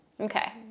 Okay